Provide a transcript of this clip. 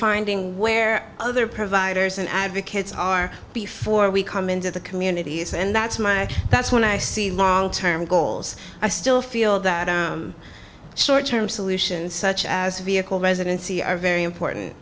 finding where other providers and advocates are before we come into the communities and that's my that's when i see long term goals i still feel that short term solutions such as vehicle residency are very important